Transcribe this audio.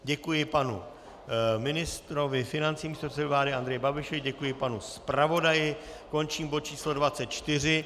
Děkuji panu ministrovi financí, předsedovi vlády Andreji Babišovi, děkuji panu zpravodaji, končím bod číslo 24.